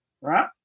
right